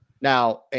Now